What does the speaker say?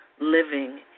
living